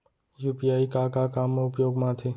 UPI का का काम मा उपयोग मा आथे?